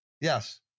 Yes